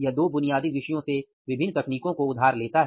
यह दो बुनियादी विषयों से विभिन्न तकनीकों को उधार लेता है